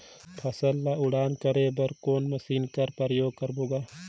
फसल ल उड़ान करे बर कोन मशीन कर प्रयोग करबो ग?